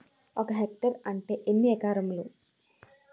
ఒక హెక్టార్ అంటే ఎన్ని ఏకరములు?